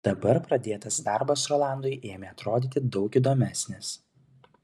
dabar pradėtas darbas rolandui ėmė atrodyti daug įdomesnis